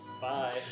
Bye